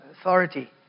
Authority